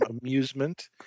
amusement